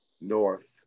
north